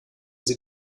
sie